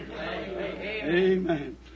Amen